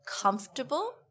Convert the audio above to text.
comfortable